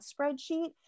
spreadsheet